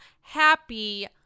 Happy